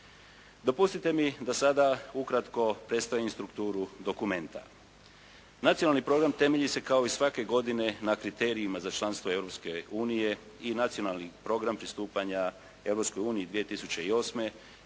Dopustite mi da sada ukratko predstavim strukturu dokumenta. Nacionalni program temelji se kao i svake godine na kriterijima za članstvo Europske unije i nacionalni program pristupanja Europskoj